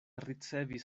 ricevis